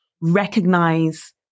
recognize